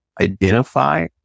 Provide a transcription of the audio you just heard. identify